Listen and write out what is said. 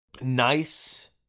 nice